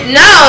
no